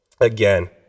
Again